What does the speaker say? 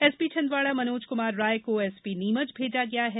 SP Chhindwara Manoj Kumar Rai को SP Neemuch भेजा गया है